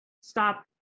stop